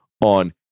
on